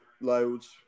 loads